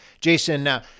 Jason